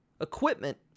equipment